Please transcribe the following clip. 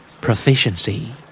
Proficiency